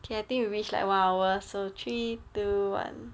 K I think we reach like one hour so three two one